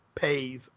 pays